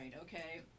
okay